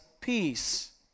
peace